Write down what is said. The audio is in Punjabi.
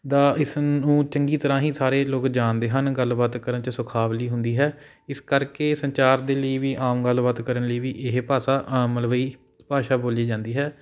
ਦਾ ਇਸਨੂੰ ਚੰਗੀ ਤਰ੍ਹਾਂ ਹੀ ਸਾਰੇ ਲੋਕ ਜਾਣਦੇ ਹਨ ਗੱਲਬਾਤ ਕਰਨ 'ਚ ਸੁਖਾਵਲੀ ਹੁੰਦੀ ਹੈ ਇਸ ਕਰਕੇ ਸੰਚਾਰ ਦੇ ਲਈ ਵੀ ਆਮ ਗੱਲਬਾਤ ਕਰਨ ਲਈ ਵੀ ਇਹ ਭਾਸ਼ਾ ਮਲਵਈ ਭਾਸ਼ਾ ਬੋਲੀ ਜਾਂਦੀ ਹੈ